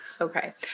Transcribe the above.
Okay